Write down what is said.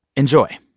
enjoy